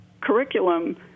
curriculum